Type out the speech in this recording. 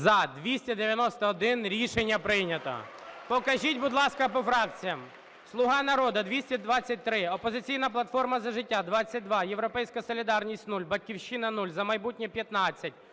За-291 Рішення прийнято. Покажіть, будь ласка, по фракціях. "Слуга народу" – 223, "Опозиційна платформа - За життя" – 22, "Європейська солідарність" – 0, "Батьківщина" – 0, "За майбутнє"